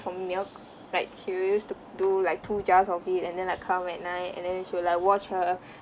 for me milk like she'll use to do like two jars of it and then like come at night and then she'll like watch her